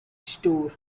store